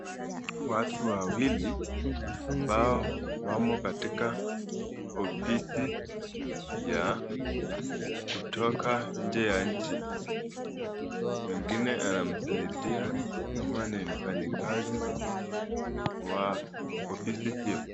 Watu wawili ambao wamo katika ofisi ya kutoka nje ya nchi mwingine anamsaidia ama ni mfanyikazi wa ofisi hiyo .